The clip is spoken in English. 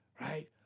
right